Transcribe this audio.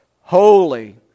Holy